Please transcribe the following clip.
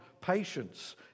patience